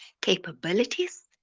capabilities